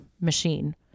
machine